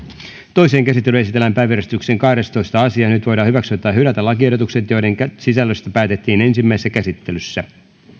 toiseen käsittelyyn esitellään päiväjärjestyksen kahdestoista asia nyt voidaan hyväksyä tai hylätä lakiehdotukset joiden sisällöstä päätettiin ensimmäisessä käsittelyssä